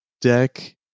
deck